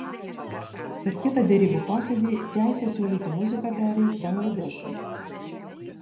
per kitą derybų posėdį teisė siūlyti muziką pereis bangladešui